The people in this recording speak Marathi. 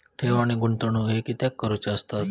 ठेव आणि गुंतवणूक हे कित्याक करुचे असतत?